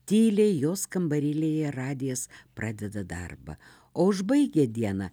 tyliai jos kambarėlyje radijas pradeda darbą o užbaigia dieną